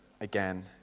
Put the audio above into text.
again